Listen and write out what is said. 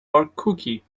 cookie